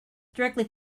directly